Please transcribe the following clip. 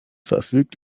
verfügt